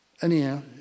Anyhow